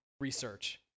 research